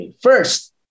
First